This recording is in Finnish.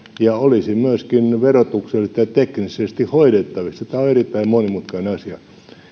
ja myöskin verotuksellisesti ja teknisesti hoidettavissa tämä on erittäin monimutkainen asia